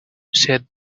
said